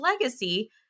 legacy